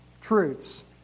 truths